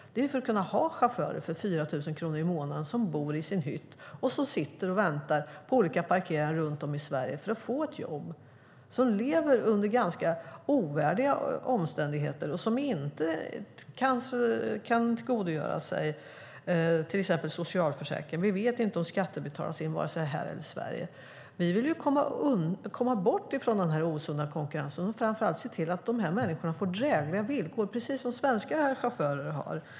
Man vill kunna ha chaufförer för 4 000 kronor i månaden som bor i sin hytt och som sitter och väntar på olika parkeringar runt om i Sverige på att få ett jobb. De lever under ganska ovärdiga omständigheter och kan inte tillgodogöra sig till exempel socialförsäkringen. Vi vet inte om skatter betalas in i Sverige eller någon annanstans. Vi vill komma bort från den här osunda konkurrensen och framför allt se till att de här människorna får drägliga villkor, precis som svenska chaufförer har.